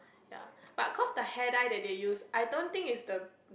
ya but cause the hair dye that they use I don't think is the